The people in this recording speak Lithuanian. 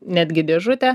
netgi dėžutė